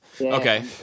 Okay